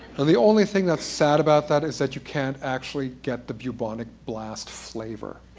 and the only thing that's sad about that is that you can't actually get the bubonic blast flavor.